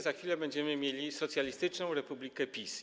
Za chwilę będziemy mieli socjalistyczną republikę PiS.